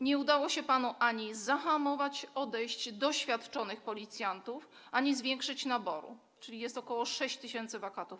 Nie udało się panu ani zahamować odejść doświadczonych policjantów, ani zwiększyć naboru, czyli aktualnie jest ok. 6 tys. wakatów.